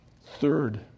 Third